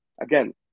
again